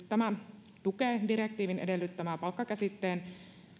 tämä tukee direktiivin edellyttämää palkkakäsitteen